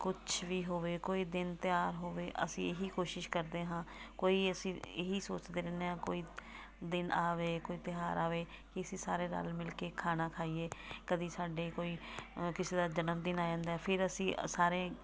ਕੁਛ ਵੀ ਹੋਵੇ ਕੋਈ ਦਿਨ ਤਿਉਹਾਰ ਹੋਵੇ ਅਸੀਂ ਇਹੀ ਕੋਸ਼ਿਸ਼ ਕਰਦੇ ਹਾਂ ਕੋਈ ਅਸੀਂ ਇਹੀ ਸੋਚਦੇ ਰਹਿੰਦੇ ਹਾਂ ਕੋਈ ਦਿਨ ਆਵੇ ਕੋਈ ਤਿਉਹਾਰ ਆਵੇ ਕਿ ਅਸੀਂ ਸਾਰੇ ਰਲ ਮਿਲ ਕੇ ਖਾਣਾ ਖਾਈਏ ਕਦੀ ਸਾਡੇ ਕੋਈ ਕਿਸੇ ਦਾ ਜਨਮਦਿਨ ਆ ਜਾਂਦਾ ਫਿਰ ਅਸੀਂ ਸਾਰੇ